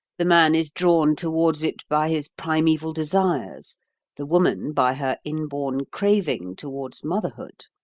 the man is drawn towards it by his primeval desires the woman by her inborn craving towards motherhood.